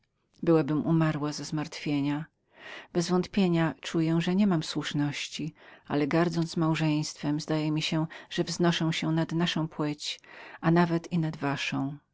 byłabym umarła ze zmartwienia bezwątpienia czuję że niemam słuszności ale gardząc małżeństwem zdaje mi się że wznoszę się nad naszą płeć a nawet i nad waszą